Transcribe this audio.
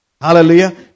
Hallelujah